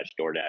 DoorDash